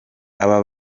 aba